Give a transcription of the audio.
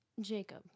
Jacob